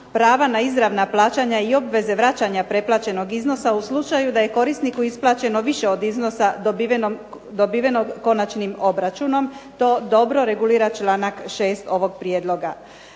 prava na izravna plaćanja i obveze vraćanja preplaćenog iznosa u slučaju da je korisniku isplaćeno više od iznosa dobivenog konačnim obračunom, to dobro regulira čl. 6. ovog prijedloga.